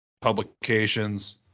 publications